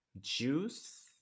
juice